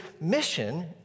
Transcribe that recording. mission